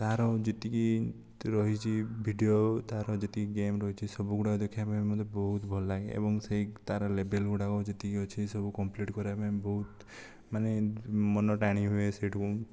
ତାର ଯେତିକି ରହିଛି ଭିଡ଼ିଓ ତାର ଯେତିକି ଗେମ୍ ରହିଛି ସବୁଗୁଡ଼ାକ ଦେଖିବା ପାଇଁ ମୋତେ ବହୁତ ଭଲ ଲାଗେ ଏବଂ ସେହି ତାର ଲେବଲ ଗୁଡ଼ାକ ଯେତିକି ଅଛି ତାକୁ କମ୍ପ୍ଲିଟ କରିବା ପାଇଁ ବହୁତ ମାନେ ମନ ଟାଣି ହୁଏ ସେଇଠିକୁ